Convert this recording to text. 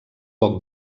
poc